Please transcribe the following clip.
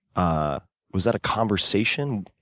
ah was that a conversation?